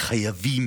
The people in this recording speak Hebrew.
וחייבים